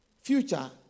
future